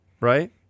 right